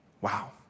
Wow